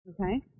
okay